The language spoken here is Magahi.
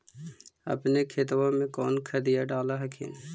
अपने खेतबा मे कौन खदिया डाल हखिन?